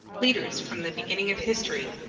leaders from the beginning of history,